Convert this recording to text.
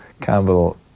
Campbell